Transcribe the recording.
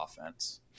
offense